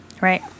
Right